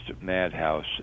madhouse